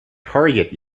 target